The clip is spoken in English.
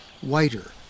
Whiter